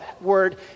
word